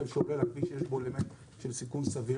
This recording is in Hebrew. שעולה על הכביש יש בו אלמנט של סיכון סביר